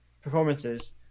performances